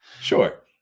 sure